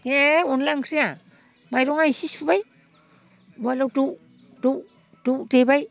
ए अनद्ला ओंख्रिया माइरङा एसे सुबाय उवालआव दौ दौ दौ देबाय